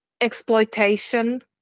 exploitation